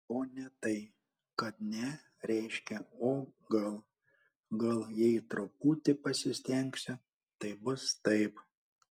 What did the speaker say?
o ne tai kad ne reiškia o gal gal jei truputį pasistengsiu tai bus taip